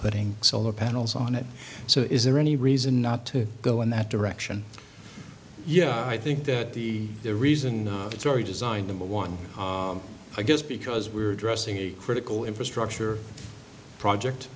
putting solar panels on it so is there any reason not to go in that direction yeah i think that the reason it's very designed number one i guess because we're addressing a critical infrastructure project